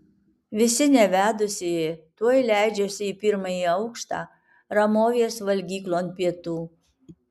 visi nevedusieji tuoj leidžiasi į pirmąjį aukštą ramovės valgyklon pietų